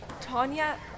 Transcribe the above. Tanya